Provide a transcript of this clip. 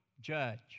judge